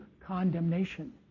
condemnation